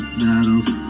battles